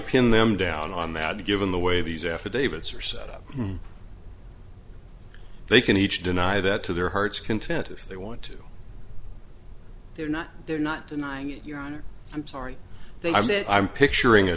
pin them down on that given the way these affidavits are set up they can each deny that to their heart's content if they want to they're not they're not denying it you know i'm sorry i said i'm picturing a